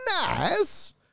Nice